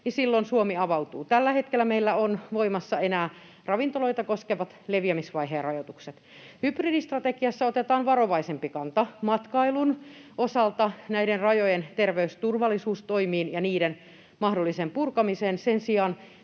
silloin Suomi avautuu. Tällä hetkellä meillä ovat voimassa enää ravintoloita koskevat leviämisvaiheen rajoitukset. Hybridistrategiassa otetaan varovaisempi kanta matkailun osalta näiden rajojen terveysturvallisuustoimiin ja niiden mahdolliseen purkamiseen mutta sen sijaan